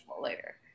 later